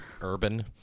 Urban